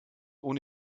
ohne